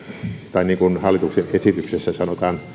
tai niin kuin hallituksen esityksessä sanotaan